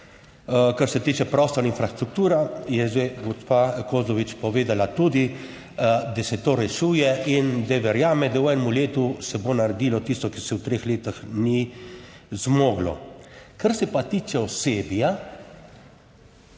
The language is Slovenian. Kar se tiče prostora in infrastrukture, je že gospa Kozlovič povedala tudi, da se to rešuje in da verjame, da v enem letu se bo naredilo tisto, kar se v treh letih ni zgodilo. Kar se pa tiče osebja,